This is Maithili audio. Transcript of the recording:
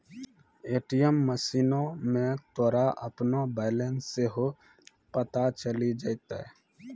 ए.टी.एम मशीनो मे तोरा अपनो बैलेंस सेहो पता चलि जैतै